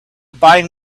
buying